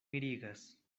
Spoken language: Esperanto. mirigas